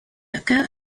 occur